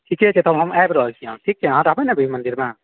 ठीके छै तब हम आबि रहल छी अहाँ ठीक छै अहाँ रहबै ने अभी मन्दिरमे